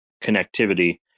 connectivity